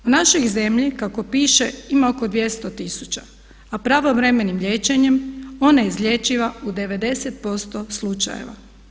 U našoj zemlji kako piše ima oko 200 tisuća a pravovremenim liječenjem ona je izlječiva u 90% slučajeva.